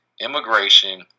immigration